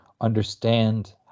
understand